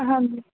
हां जी